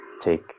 take